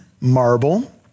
marble